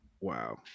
Wow